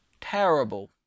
terrible